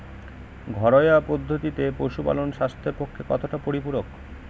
ঘরোয়া পদ্ধতিতে পশুপালন স্বাস্থ্যের পক্ষে কতটা পরিপূরক?